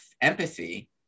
empathy